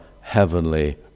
heavenly